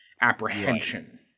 apprehension